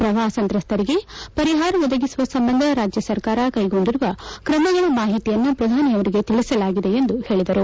ಪ್ರವಾಪ ಸಂತ್ರಸ್ತರಿಗೆ ಪರಿಹಾರ ಒದಗಿಸುವ ಸಂಬಂಧ ರಾಜ್ಯ ಸರ್ಕಾರ ಕೈಗೊಂಡಿರುವ ಕ್ರಮಗಳ ಮಾಹಿತಿಯನ್ನು ಪ್ರಧಾನಿಯರಿಗೆ ತಿಳಿಸಲಾಗಿದೆ ಎಂದು ಹೇಳಿದರು